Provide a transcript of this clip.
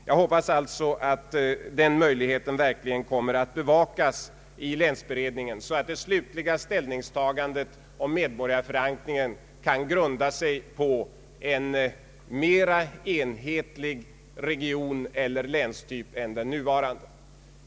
Jag hoppas alltså att den möjligheten verkligen kommer att beaktas i länsberedningen, så att det slutliga ställningstagandet om medborgarförankringen kan grunda sig på cen mera enhetlig regioneller länstyp än den nuvarande.